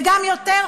וגם יותר,